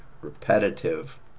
repetitive